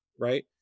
Right